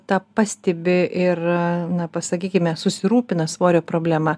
tą pastebi ir na pasakykime susirūpina svorio problema